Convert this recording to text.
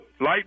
light